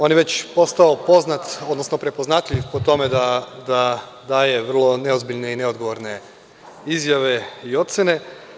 On je već postao prepoznatljiv po tome da daje vrlo neozbiljne i neodgovorne izjave i ocene.